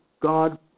God